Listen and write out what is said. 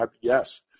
Yes